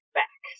back